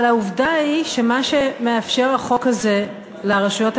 אבל העובדה היא שמה שמאפשר החוק הזה לרשויות המקומיות,